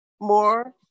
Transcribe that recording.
more